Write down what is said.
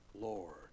Lord